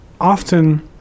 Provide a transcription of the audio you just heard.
often